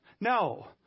No